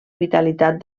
vitalitat